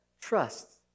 trusts